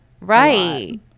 Right